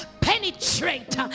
penetrate